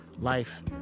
life